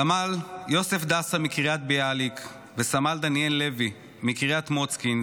סמל יוסף דסה מקריית ביאליק וסמל דניאל לוי מקריית מוצקין,